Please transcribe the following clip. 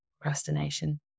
procrastination